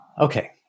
okay